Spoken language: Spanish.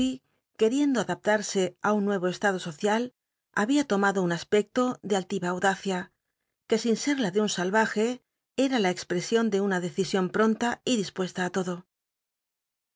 queriendo adaptarse un nuevo estado social babia tomado un aspeeto ele altiva audacia que sin se la de un salvaje era la expresion de una decision pronta y dispuesta í todo